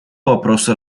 вопросу